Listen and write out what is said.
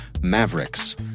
Mavericks